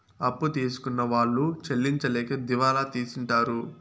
అప్పు తీసుకున్న వాళ్ళు చెల్లించలేక దివాళా తీసింటారు